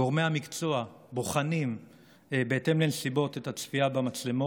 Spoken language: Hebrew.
גורמי המקצוע בוחנים בהתאם לנסיבות את הצפייה במצלמות,